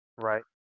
Right